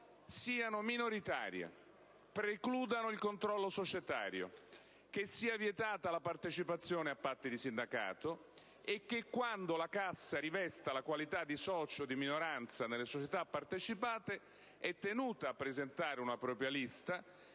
siano minoritarie e precludano il controllo societario; che sia vietata la partecipazione a patti di sindacato; che quando la Cassa riveste la qualità di socio di minoranza nelle società partecipate, essa è tenuta a presentare una propria lista